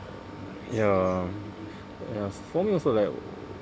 ya ya for me also like